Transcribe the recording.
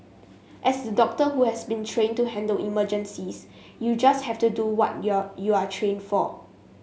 as doctor who has been trained to handle emergencies you just have to do what you are you are trained for